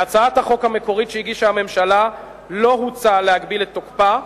בהצעת החוק המקורית שהגישה הממשלה לא הוצע להגביל את תוקפה,